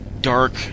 Dark